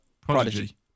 Prodigy